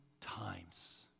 times